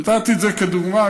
ונתתי את זה כדוגמה,